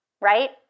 right